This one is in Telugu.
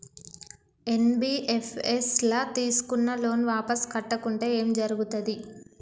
ఎన్.బి.ఎఫ్.ఎస్ ల తీస్కున్న లోన్ వాపస్ కట్టకుంటే ఏం జర్గుతది?